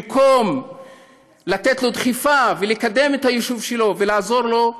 במקום לתת לו דחיפה ולקדם את היישוב שלו ולעזור לו,